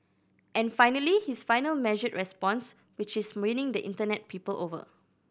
and finally his final measured response which is winning the Internet people over